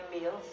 meals